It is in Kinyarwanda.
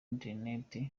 interinete